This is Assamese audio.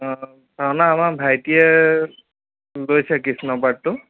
অ ভাওনা আমাৰ ভাইটিয়ে লৈছে কৃষ্ণ পাৰ্টটো